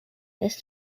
this